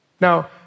Now